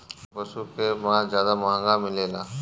कौन पशु के मांस ज्यादा महंगा मिलेला?